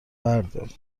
بردار